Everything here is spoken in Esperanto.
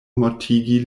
mortigi